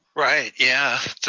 right, yeah.